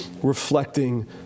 Reflecting